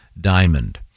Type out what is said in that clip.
diamond